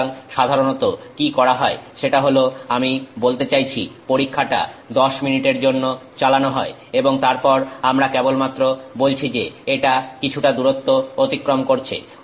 সুতরাং সাধারণত কি করা হয় সেটা হলো আমি বলতে চাইছি পরীক্ষাটা 10 মিনিটের জন্য চালানো হয় এবং তারপর আমরা কেবলমাত্র বলছি যে এটা কিছুটা দূরত্ব অতিক্রম করেছে